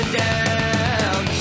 down